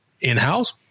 in-house